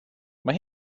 mae